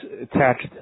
attached